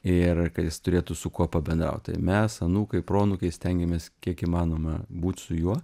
ir kad jis turėtų su kuo pabendraut tai mes anūkai proanūkiai stengiamės kiek įmanoma būt su juo